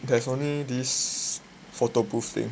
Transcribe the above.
there's only this photo booth thing